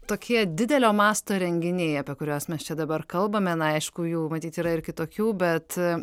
tokie didelio masto renginiai apie kuriuos mes čia dabar kalbame na aišku jau matyt yra ir kitokių bet